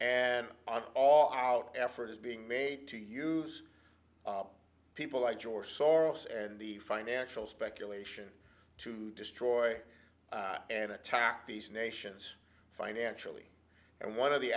and all out effort is being made to use people like george soros and the financial speculation to destroy an attack these nations financially and one of the